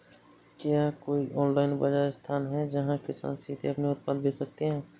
क्या कोई ऑनलाइन बाज़ार स्थान है जहाँ किसान सीधे अपने उत्पाद बेच सकते हैं?